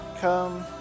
come